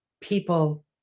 people